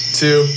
two